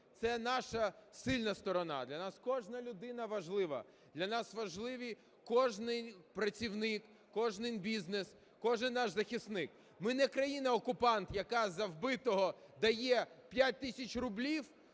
це наша сильна сторона, для нас кожна людина важлива, для нас важливі кожен працівник, кожен бізнес, кожен нас захисник. Ми не країна-окупант, яка за вбитого дає 5 тисяч рублів